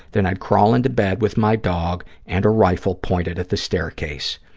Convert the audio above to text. then i'd crawl into bed with my dog and a rifle pointed at the staircase.